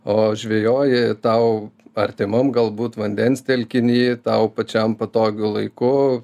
o žvejoji tau artimam galbūt vandens telkiny tau pačiam patogiu laiku